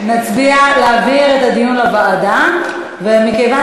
המודעות עולה והדיווח עולה.